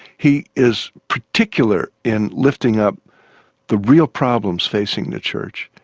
he is particular in lifting up the real problems facing the church,